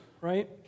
right